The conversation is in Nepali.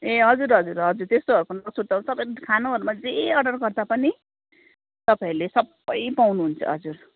ए हजुर हजुर हजुर त्यस्तोहरूको नसुर्ताउनुहोस् तपाईँ खानुहरूमा जे अर्डर गर्दा पनि तपाईँहरूले सबै पाउनुहुन्छ